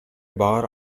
bar